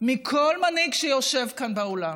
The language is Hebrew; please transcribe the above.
מכל מנהיג שיושב כאן באולם,